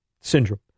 syndrome